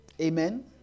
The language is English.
Amen